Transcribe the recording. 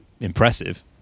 Impressive